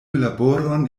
laboron